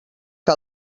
que